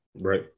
Right